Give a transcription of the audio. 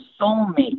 soulmate